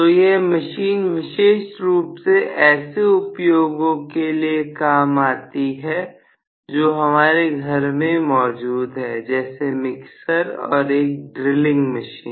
तो यह मशीन विशेष रूप से ऐसे उपयोगों के काम आती है जो हमारे घर में मौजूद है जैसे मिक्सर और एक ड्रिलिंग मशीन